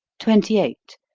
twenty eight.